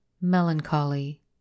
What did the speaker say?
melancholy